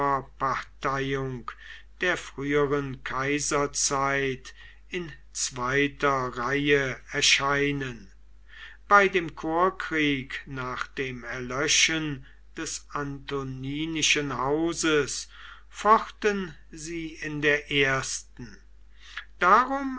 korpsparteiung der früheren kaiserzeit in zweiter reihe erscheinen bei dem korpskrieg nach dem erlöschen des antoninischen hauses fochten sie in der ersten darum